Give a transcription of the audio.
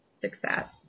success